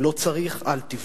תבנו, אם לא צריך, אל תבנו.